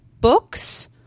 Books